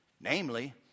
Namely